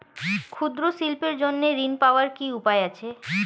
ক্ষুদ্র শিল্পের জন্য ঋণ পাওয়ার কি উপায় আছে?